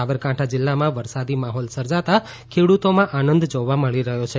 સાબરકાંઠા જીલ્લામાં વરસાદી માહોલ સર્જાતા ખેડૂતોમાં આનંદ જોવા મળી રહ્યો છે